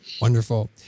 Wonderful